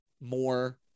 more